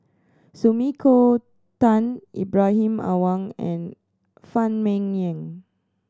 Sumiko Tan Ibrahim Awang and Phan Ming Yen